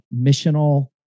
missional